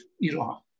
Iran